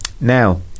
Now